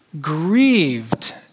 grieved